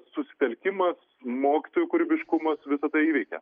susitelkimas mokytojų kūrybiškumas visą tai įveikia